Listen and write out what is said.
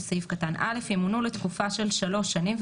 של סעיף קטן (א) ימונו לתקופה של שלוש שנים,